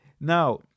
Now